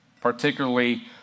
particularly